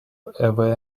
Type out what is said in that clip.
away